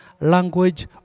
Language